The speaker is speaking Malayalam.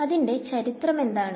അതിന്റെ ചരിത്രം എന്താണ്